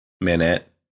minute